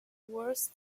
worse